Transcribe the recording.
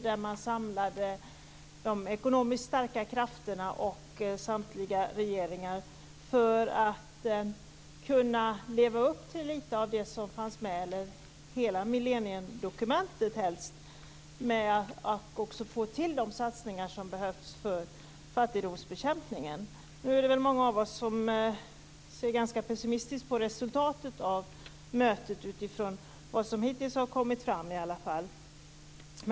Man skulle samla de ekonomiskt starka krafterna och samtliga regeringar för att kunna leva upp till lite - eller helst allt - i millenniedokumentet och få till stånd de satsningar som behövs för fattigdomsbekämpningen. Det är många av oss som ser ganska pessimistiskt på resultatet av mötet utifrån vad som hittills kommit fram.